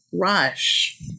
Rush